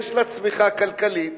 שיש לה צמיחה כלכלית,